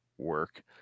work